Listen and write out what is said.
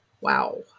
Wow